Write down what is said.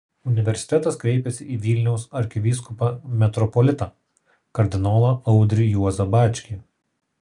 universitetas kreipėsi į vilniaus arkivyskupą metropolitą kardinolą audrį juozą bačkį